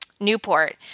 Newport